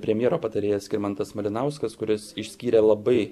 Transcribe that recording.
premjero patarėjas skirmantas malinauskas kuris išskyrė labai